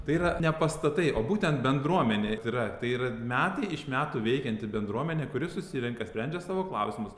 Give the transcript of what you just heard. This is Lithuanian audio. tai yra ne pastatai o būtent bendruomenė yra tai yra metai iš metų veikianti bendruomenė kuri susirenka sprendžia savo klausimus